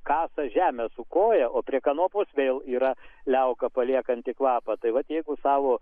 kasa žemę su koja o prie kanopos vėl yra liauka paliekanti kvapą tai vat jeigu savo